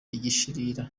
igishirira